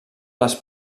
les